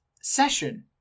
Session